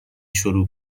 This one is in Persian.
شروع